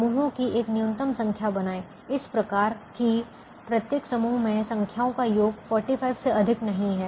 समूहों की एक न्यूनतम संख्या बनाएं इस प्रकार कि प्रत्येक समूह में संख्याओं का योग 45 से अधिक नहीं है